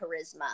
charisma